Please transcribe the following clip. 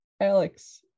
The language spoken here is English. alex